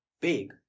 big